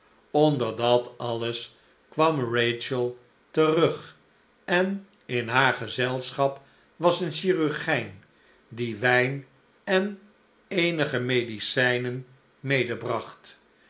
onder dat alles kwam rachel terug en in haar gezelschap was een chirurgijn die wijn en eenige medicijnen